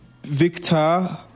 Victor